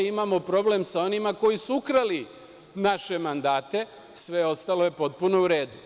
Imamo problem sa onima koji su ukrali naše mandate, sve ostalo je potpuno u redu.